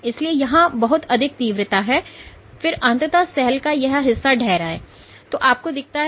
इसलिए यहां बहुत अधिक तीव्रता है और फिर अंततः सेल का यह हिस्सा ढह रहा है